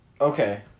Okay